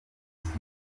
isura